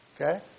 Okay